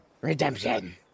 Redemption